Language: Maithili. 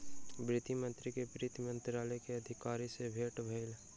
वित्त मंत्री के वित्त मंत्रालय के अधिकारी सॅ भेट भेल